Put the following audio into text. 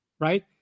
Right